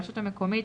הרשות המקומית,